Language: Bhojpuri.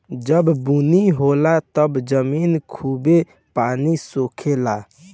जब बुनी होला तब जमीन खूबे पानी सोखे ला